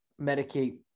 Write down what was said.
medicate